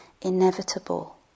inevitable